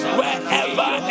wherever